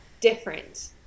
different